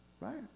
Right